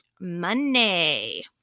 money